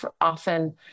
often